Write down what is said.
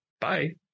Bye